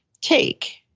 take